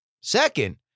Second